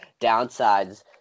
downsides